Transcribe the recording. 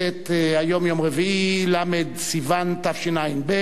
ל' בסיוון תשע"ב,